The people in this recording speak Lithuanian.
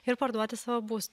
ir parduoti savo būstą